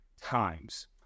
times